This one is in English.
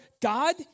God